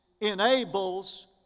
enables